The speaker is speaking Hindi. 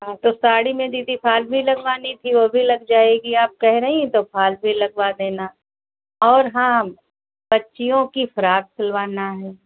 हाँ तो दीदी साड़ी में फाल भी लगवानी थी वह भी लग जाएगी आप कह रही है तो फाल भी लगवा देना और हाँ बच्चियों के फ्रॉक सिलवाना है